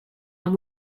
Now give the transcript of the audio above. and